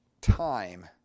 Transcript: Time